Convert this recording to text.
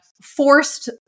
forced